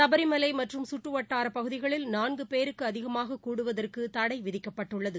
சபரிமலை மற்றும் சுற்றுவட்டாரப் பகுதிகளில் பேருக்கு அதிகமாக கூடுவதற்கு தடை விதிக்கப்பட்டுள்ளது